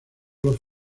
los